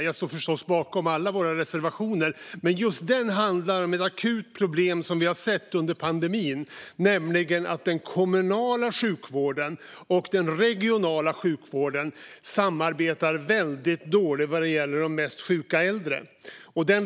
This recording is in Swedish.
Jag står förstås bakom alla våra reservationer, men just den handlar om ett akut problem som vi har sett under pandemin, nämligen att den kommunala sjukvården och den regionala sjukvården samarbetar väldigt dåligt vad gäller de mest sjuka äldre.